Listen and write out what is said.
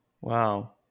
wow